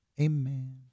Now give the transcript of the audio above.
Amen